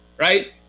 Right